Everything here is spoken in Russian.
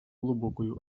глубокую